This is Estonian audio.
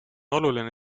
oluline